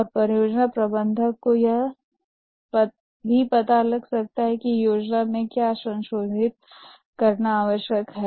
और परियोजना प्रबंधक को यह भी पता लग सकता है कि योजना में क्या संशोधित करना आवश्यक है